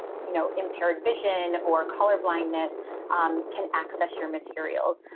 you know, impaired vision or color blindness um can access your materials.